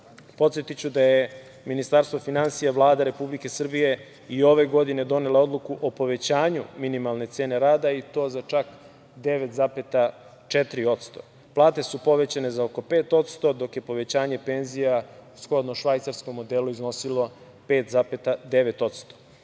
Podsetiću da je Ministarstvo finansija, Vlada Republike Srbije i ove godine donela odluku o povećanju minimalne cene rada i to za čak 9,4%. Plate su povećane za oko 5%, dok je povećanje penzija shodno švajcarskom modelu iznosilo 5,9%.U